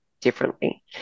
differently